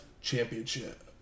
Championship